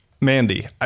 Mandy